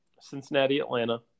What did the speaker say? Cincinnati-Atlanta